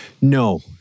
No